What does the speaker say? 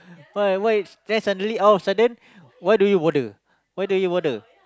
why why then suddenly out of sudden why do you bother why do you bother